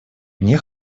мне